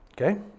Okay